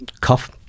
cuff